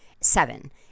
Seven